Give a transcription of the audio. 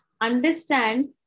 understand